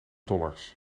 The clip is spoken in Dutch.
dollars